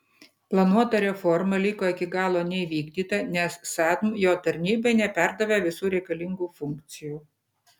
planuota reforma liko iki galo neįvykdyta nes sadm jo tarnybai neperdavė visų reikalingų funkcijų